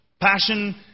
Passion